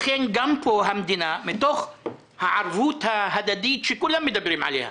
לכן גם פה המדינה מתוך הערבות ההדדית שכולם מדברים עליה,